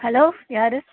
hello யார்